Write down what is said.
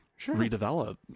redevelop